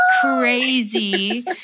crazy